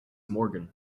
morgan